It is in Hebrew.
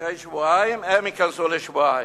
אחרי שבועיים הן ייכנסו לשבועיים.